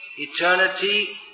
Eternity